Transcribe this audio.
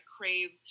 craved